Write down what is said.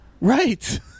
Right